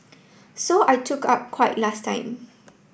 so I took up quite last time